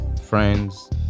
friends